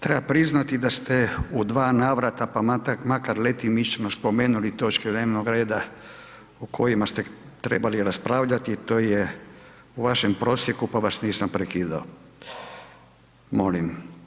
Treba priznati da ste u dva navrata pa makar letimično spomenuli točke dnevnog reda o kojima ste trebali raspravljati a to je u vašem prosjeku pa vas nisam prekidao [[Upadica Pernar: Hvala.]] Molim.